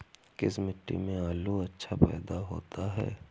किस मिट्टी में आलू अच्छा पैदा होता है?